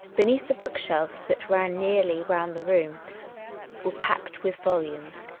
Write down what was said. beneath, the book-shelves that ran nearly round the room were packed with volumes,